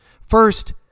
First